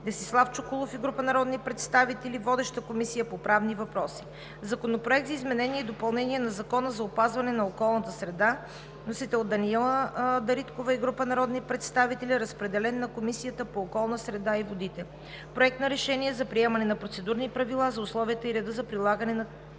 Десислав Чуколов и група народни представители. Водеща е Комисията по правни въпроси. Законопроект за изменение и допълнение на Закона за опазване на околната среда. Вносител – Даниела Дариткова и група народни представители. Разпределен е на Комисията по околна среда и водите. Проект на Решение за приемане на Процедурни правила за условията и реда за предлагане на